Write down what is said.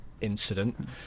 incident